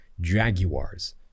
Jaguars